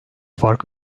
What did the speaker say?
fark